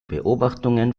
beobachtungen